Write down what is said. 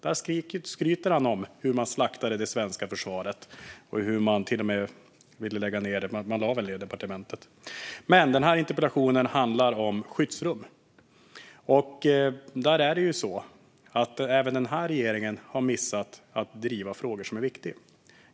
Där skryter han med hur man slaktade det svenska försvaret och hur man till och med ville lägga ned departementet, vilket man gjorde. Interpellationen handlar dock om skyddsrum. Även där har denna regering missat att driva frågor som är viktiga.